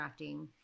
crafting